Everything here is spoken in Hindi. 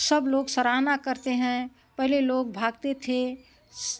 सब लोग सराहना करते हैं पहले लोग भागते थे